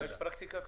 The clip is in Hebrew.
יש פרקטיקה כזאת?